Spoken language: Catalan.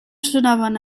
sonaven